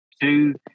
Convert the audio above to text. two